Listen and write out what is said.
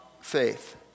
faith